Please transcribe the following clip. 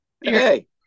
hey